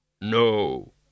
No